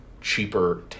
cheaper